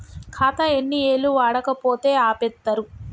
ఖాతా ఎన్ని ఏళ్లు వాడకపోతే ఆపేత్తరు?